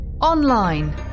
online